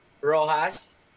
Rojas